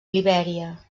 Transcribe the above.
libèria